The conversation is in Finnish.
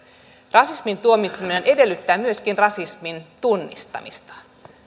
rasismin tuomitseminen edellyttää myöskin rasismin tunnistamista